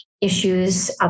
issues